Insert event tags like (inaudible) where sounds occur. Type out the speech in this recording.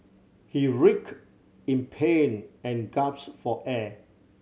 he rick in pain and (unintelligible) for air